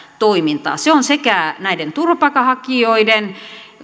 toimintaa se on sekä näiden turvapaikanhakijoiden